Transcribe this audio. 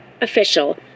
official